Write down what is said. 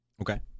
Okay